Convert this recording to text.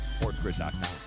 SportsGrid.com